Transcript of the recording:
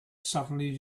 suddenly